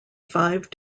five